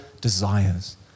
desires